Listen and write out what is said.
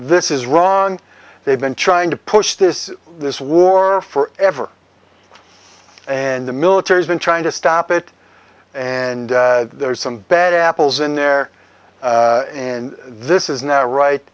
this is wrong they've been trying to push this this war for ever and the military's been trying to stop it and there are some bad apples in there in this is now right